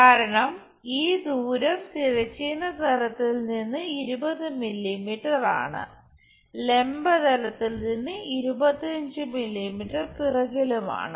കാരണം ഈ ദൂരം തിരശ്ചീന തലത്തിൽ നിന്ന് 20 മില്ലിമീറ്റർ ആണ് ലംബ തലത്തിൽ നിന്ന് 25 മില്ലിമീറ്റർ പിറകിലും ആണ്